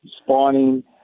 spawning